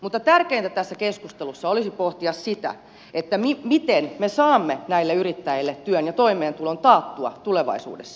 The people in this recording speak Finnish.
mutta tärkeintä tässä keskustelussa olisi pohtia sitä miten me saamme näille yrittäjille työn ja toimeentulon taattua tulevaisuudessa